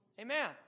Amen